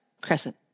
Crescent